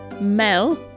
Mel